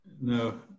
No